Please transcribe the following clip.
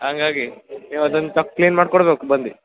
ಹಂಗಾಗಿ ಇವತ್ತು ಒಂದು ಸ್ವಲ್ಪ್ ಕ್ಲೀನ್ ಮಾಡಿ ಕೊಡಬೇಕು ಬಂದು